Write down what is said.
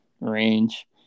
range